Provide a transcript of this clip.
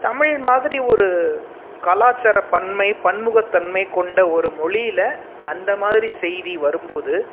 தமிழ் மாதிரி ஒரு கலாச்சார பன்மை பன்முகத்தன்மை கொண்ட ஒரு மொழியில் அந்த மாதிரி செய்தி வரும்போது